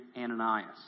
Ananias